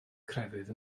crefydd